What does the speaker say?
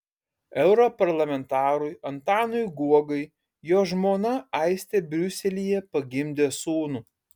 europarlamentarui antanui guogai jo žmona aistė briuselyje pagimdė sūnų